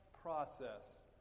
process